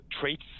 traits